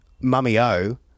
mummy-o